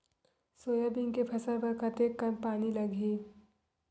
Soybean के फसल बर कतेक कन पानी लगही?